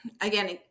Again